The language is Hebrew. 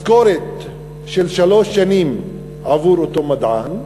משכורת של שלוש שנים עבור אותו מדען.